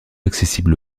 accessible